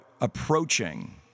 approaching